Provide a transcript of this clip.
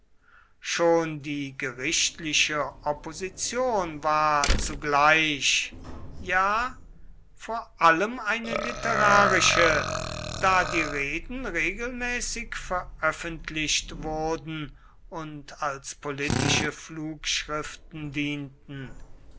schon die gerichtliche opposition war zugleich ja vor allem eine literarische da die reden regelmäßig veröffentlicht wurden und als politische flugschriften dienten